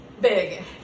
big